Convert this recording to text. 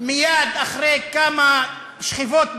מייד אחרי כמה שכיבות "בננות",